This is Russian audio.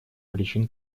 причин